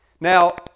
Now